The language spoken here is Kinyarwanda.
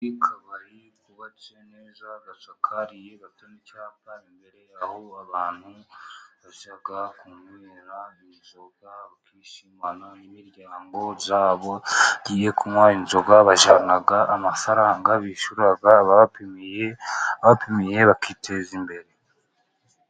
Akabari kubatse neza gasakariye garite n'icyapa imbere yaho abantu bajya kunywera ibizoga bakishimana n'imiryango yabo igiye kunwa inzoga bajyana amafaranga bishyura abapimiye bakiteza imbere.